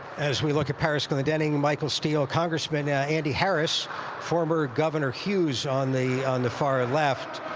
as we look at paris glendening, michael steel congressman, yeah andy harris former governor hughes on the the far left.